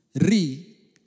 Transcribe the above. re